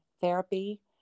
therapy